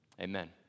Amen